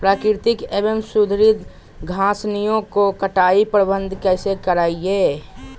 प्राकृतिक एवं सुधरी घासनियों में कटाई प्रबन्ध कैसे करीये?